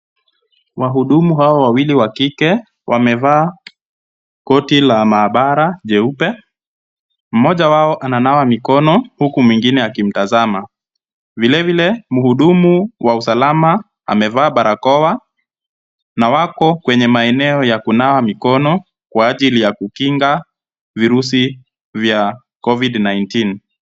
Wahudumu hawa wawili wa kike wamevaa koti la maabara jeupe. Mmoja wao ananawa mikono huku mwingine akimtazama. Vilevile, mhudumu wa usalama amevaa barakoa, na wako kwenye maeneo ya kunawa mikono kwa ajili ya kujikinga virusi vya COVID-19.